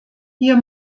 hier